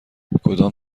کدام